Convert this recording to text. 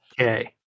Okay